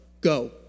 go